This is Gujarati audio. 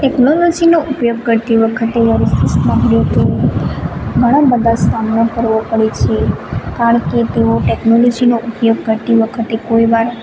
ટેકનોલોજીનો ઉપયોગ કરતી વખતે ઘણા બધા સામનો કરવો પડે છે કારણ કે તેઓ ટેકનોલોજીનો ઉપયોગ કરતી વખતે કોઈ વાર